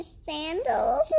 sandals